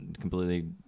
completely